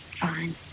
Fine